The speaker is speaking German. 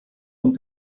und